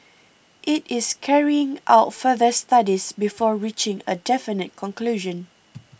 it is carrying out further studies before reaching a definite conclusion